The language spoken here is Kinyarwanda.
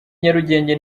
nyarugenge